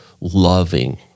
loving